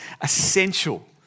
essential